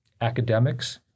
academics